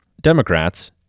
Democrats